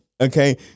okay